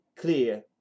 clear